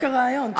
דווקא רעיון.